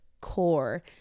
core